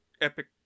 epic